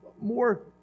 more